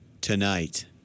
Tonight